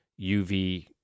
UV